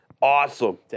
Awesome